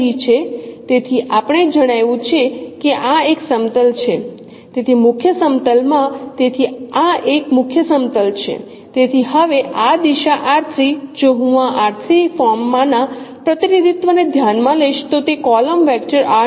તેથી આપણે જણાવ્યું છે કે આ એક સમતલ છે તેથી મુખ્ય સમતલ માં તેથી આ એક મુખ્ય સમતલ છે તેથી હવે આ દિશા જો હું આ ફોર્મમાંના પ્રતિનિધિત્વને ધ્યાનમાં લઈશ તો તે કોલમ વેક્ટર છે